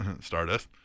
stardust